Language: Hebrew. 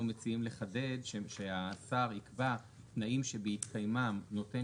אנחנו מציעים לחדד ש"השר ייקבע תנאים שבהתקיימם נותן